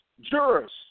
jurors